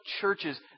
churches